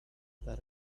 that